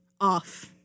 off